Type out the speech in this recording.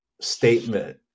statement